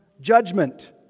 judgment